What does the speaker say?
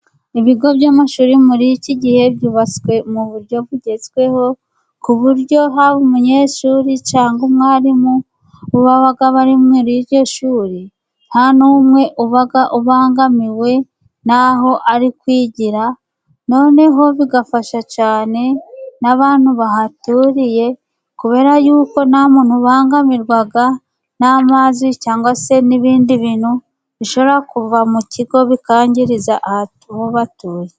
Ibigo by'amashuri muri iki gihe byubatswe mu buryo bugezweho. Ku buryo haba umunyeshuri cyangwa umwarimu, iyo baba bari muri iryo shuri nta n'umwe uba ubangamiwe n'aho ari kwigira. Noneho bigafasha cyane n'abantu bahaturiye, kubera yuko nta muntu ubangamirwa n'amazi, cyangwa se n'ibindi bintu bishobora kuva mu kigo bikangiriza aho batuye.